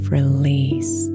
release